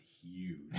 huge